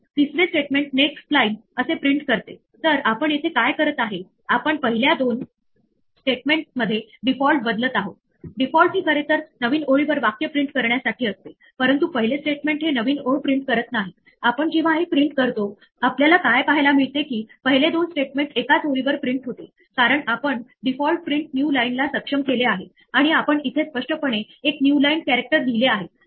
तर हा एल्स एखाद्या फॉर किंवा एखाद्या ह्वाइल सोबत निगडीत असलेल्या एल्स प्रमाणेच कार्य करतो लक्षात ठेवा कि फॉर किंवा ह्वाइल हे असे आहेत की जे ब्रेक होत नाही ते सहसा टर्मिनेट होतात नंतर एल्सची अंमलबजावणी केली जाते जर तिथे ब्रेक झाला तर एल्स ला अशा वगळण्यात येते अशाच प्रकारे जर सामान्यतः ट्राय मध्ये कुठलीही एरर सापडली नाही तर तो एक्झिक्युट होते आणि नंतर एल्सची अंमलबजावणी करण्यात येते अन्यथा एल्सला योग्यरीत्या वगळले जाते